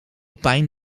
pijn